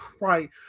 right